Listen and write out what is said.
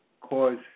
cause